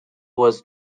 was